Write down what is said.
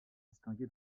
distingué